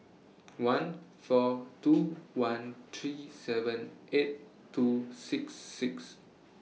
one four two one three seven eight two six six